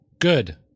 Good